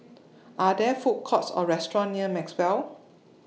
Are There Food Courts Or restaurants near Maxwell